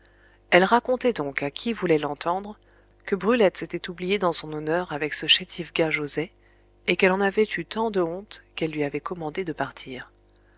elle racontait donc à qui voulait l'entendre que brulette s'était oubliée dans son honneur avec ce chétif gars joset et qu'elle en avait eu tant de honte qu'elle lui avait commandé de partir